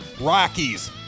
Rockies